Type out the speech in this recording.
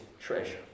treasure